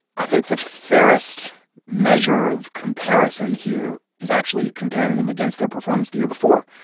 i think the fairest measure of comparison here is actually comparing them against their performance the year before.